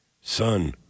son